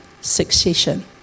succession